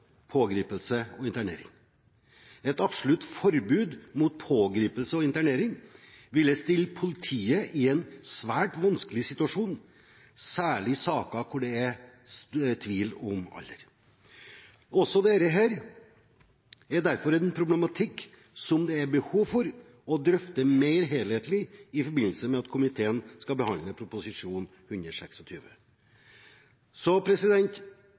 pågripelse og internering. Et absolutt forbud mot pågripelse og internering ville stilt politiet i en svært vanskelig situasjon, særlig i saker der det er tvil om alder. Også dette er derfor en problematikk som det er behov for å drøfte mer helhetlig i forbindelse med at komiteen skal behandle